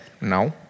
No